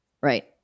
Right